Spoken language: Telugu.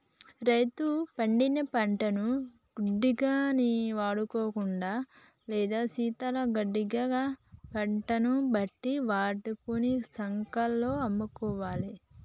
రైతు పండిన పంటను గిడ్డంగి ని వాడుకోడమా లేదా శీతల గిడ్డంగి గ పంటను బట్టి వాడుకొని సకాలం లో అమ్ముకోవాలె